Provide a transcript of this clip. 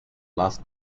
last